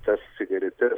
tas cigaretes